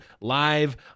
live